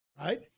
right